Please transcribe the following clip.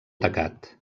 tacat